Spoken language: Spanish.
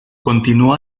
continuó